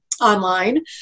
Online